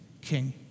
king